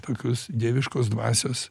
tokius dieviškos dvasios